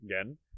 Again